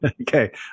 Okay